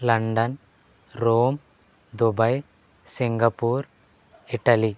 London Rome Dubai Singapore Italy